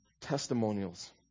testimonials